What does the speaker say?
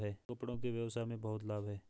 राजू कपड़ों के व्यवसाय में बहुत लाभ है